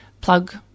plug